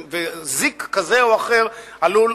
וזיק כזה או אחר עלול,